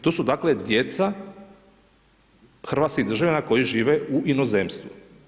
To su dakle djeca hrvatskih državljana koje žive u inozemstvu.